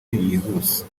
yihuse